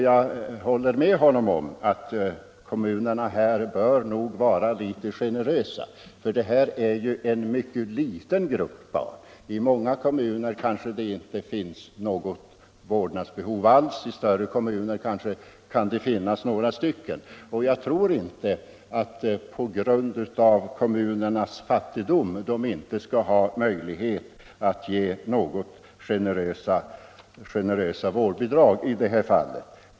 Jag håller med herr Henmark om att kommunerna nog bör vara litet generösa i detta avseende. Det gäller ju en mycket liten grupp. I många kommuner kanske det inte finns något vårdnadsbehov alls, i större kommuner kanske det kan finnas några fall. Och jag tror inte att kommunerna på grund av fattigdom skall sakna möjlighet att ge någorlunda generösa vårdbidrag i dessa fall.